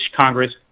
Congress